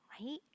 right